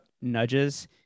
nudges